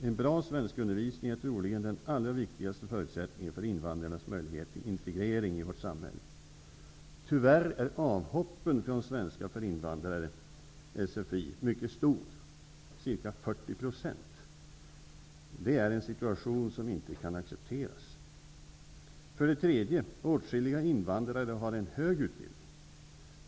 En bra svenskundervisning är troligen den allra viktigaste förutsättningen för invandrarnas möjlighet till integrering i vårt samhälle. Tyvärr är avhoppen från Det är en situation som inte kan accepteras. 3. Åtskilliga invandrare har en hög utbildning.